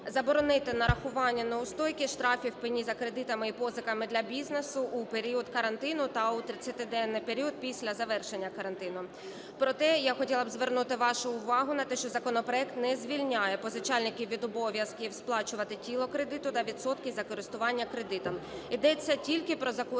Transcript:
заборонити нарахування неустойки, штрафів, пені за кредитами і позиками для бізнесу у період карантину та у 30-денний період після завершення карантину. Проте я хотіла б звернути вашу увагу на те, що законопроект не звільняє позичальників від обов'язків сплачувати тіло кредиту та відсотки за користування кредитом. Йдеться тільки про заборону